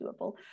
doable